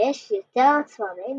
שיש יותר צפרדעים